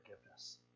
forgiveness